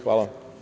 Hvala.